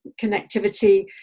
connectivity